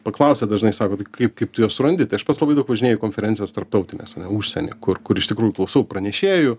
paklausia dažnai sako tai kaip kaip tu juos surandi tai aš pats labai daug važinėju į konferencijas tarptautines ane užsieny kur kur iš tikrųjų klausau pranešėjų